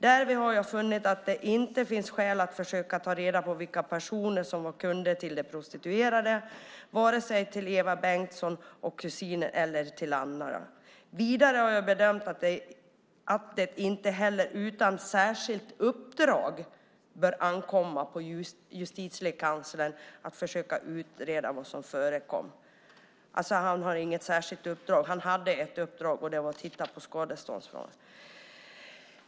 Därvid har jag funnit att det inte finns skäl att försöka ta reda på vilka personer som var kunder till de prostituerade, vare sig till Eva Bengtsson och kusinen eller till andra. Vidare har jag bedömt att det inte heller utan särskilt uppdrag bör ankomma på Justitiekanslern att försöka utreda vad som förekom." Han har alltså inget särskilt uppdrag. Han hade ett uppdrag, och det var att titta på skadeståndskravet.